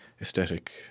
aesthetic